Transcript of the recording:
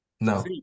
No